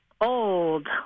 old